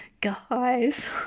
guys